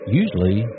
usually